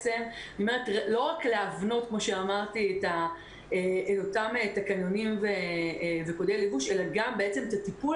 לא רק להבנות את אותם תקנונים וקודי לבוש אלא גם את הטיפול.